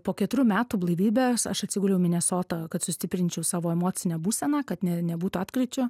po keturių metų blaivybės aš atsiguliau minesotą kad sustiprinčiau savo emocinę būseną kad ne nebūtų atkryčio